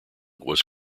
was